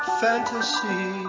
fantasy